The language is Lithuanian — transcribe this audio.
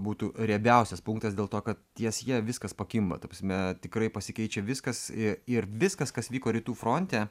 būtų riebiausias punktas dėl to kad ties ja viskas pakimba ta prasme tikrai pasikeičia viskas ir viskas kas vyko rytų fronte